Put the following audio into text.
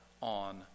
on